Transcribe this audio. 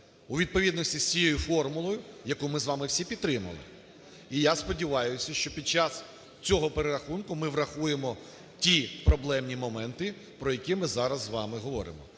у відповідності з цією формулою, яку ми з вами всі підтримали. І я сподіваюся, що під час цього перерахунку, ми врахуємо ті проблемні моменти, про які ми зараз з вами говоримо.